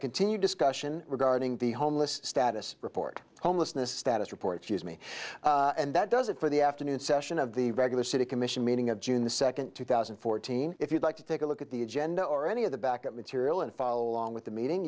continued discussion regarding the homeless status report homelessness status reports use me and that does it for the afternoon session of the regular city commission meeting of june the second two thousand and fourteen if you'd like to take a look at the agenda or any of the back up material and follow along with the meeting